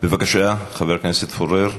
בבקשה, חבר הכנסת פורר.